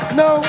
no